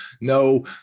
no